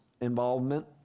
involvement